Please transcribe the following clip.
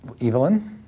Evelyn